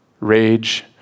rage